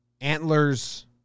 Antlers